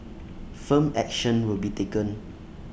firm action will be taken